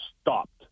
stopped